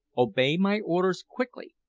obey my orders quickly.